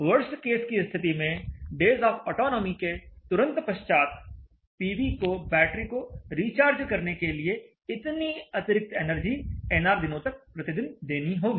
worst case की स्थिति में डेज ऑफ अटोनोमी के तुरंत पश्चात पीवी को बैटरी को रिचार्ज करने के लिए इतनी अतिरिक्त एनर्जी nr दिनों तक प्रतिदिन देनी होगी